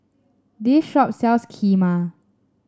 this shop sells Kheema